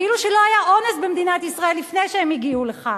כאילו שלא היה אונס במדינת ישראל לפני שהם הגיעו לכאן.